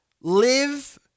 live